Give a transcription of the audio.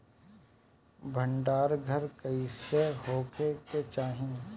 भंडार घर कईसे होखे के चाही?